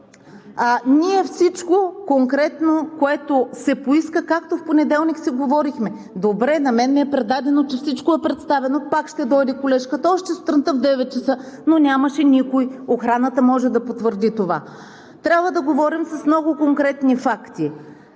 всичко конкретно, което се поиска, както в понеделник си говорихме: добре, на мен ми е предадено, че всичко е представено, пак ще дойде колежката още сутринта в девет часа, но нямаше никой. Охраната може да потвърди това. Трябва да говорим с много конкретни факти.